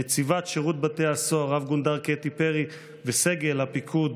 נציבת שירות בתי הסוהר רב-גונדר קטי פרי וסגל הפיקוד